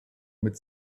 mit